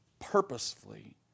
purposefully